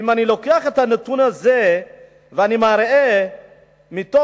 ואם אני לוקח את הנתון הזה ואני מראה מתוך